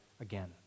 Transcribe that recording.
again